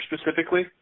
specifically